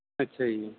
ਅੱਛਾ ਜੀ